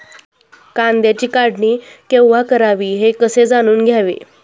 कांद्याची काढणी केव्हा करावी हे कसे जाणून घ्यावे?